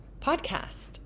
podcast